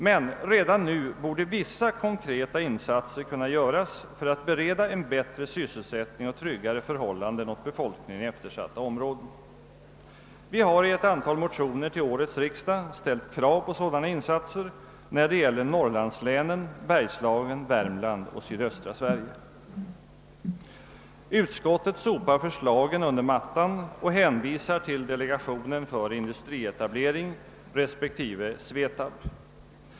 Men redan nu borde vissa konkreta insatser kunna göras för att bereda en bättre sysselsättning och tryggare förhållanden åt befolkningen i eftersatta områden. Vi har i ett antal motioner till årets riksdag ställt krav på sådana insatser när det gäller norrlandslänen, Bergslagen, Värmland och sydöstra Sverige. Utskottet sopar förslagen under mattan och hänvisar till delegationen för industrietablering respektive SVETAB.